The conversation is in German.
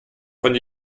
von